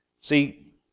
See